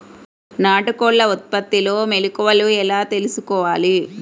నాటుకోళ్ల ఉత్పత్తిలో మెలుకువలు ఎలా తెలుసుకోవాలి?